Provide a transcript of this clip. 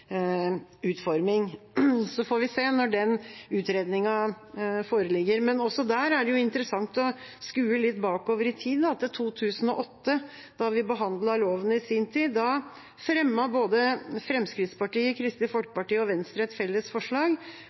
utforming. Så får vi se når den utredningen foreligger. Men også der er det interessant å skue litt bakover i tid, til 2008, da vi i sin tid behandlet loven. Da fremmet Fremskrittspartiet, Kristelig Folkeparti og Venstre et felles forslag